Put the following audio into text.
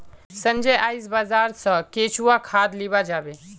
संजय आइज बाजार स केंचुआ खाद लीबा जाबे